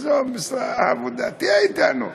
עזוב עבודה, תהיה אתנו.